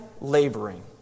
laboring